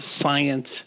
science